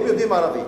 הם יודעים ערבית,